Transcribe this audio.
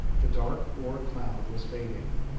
the dark war-cloud was fading,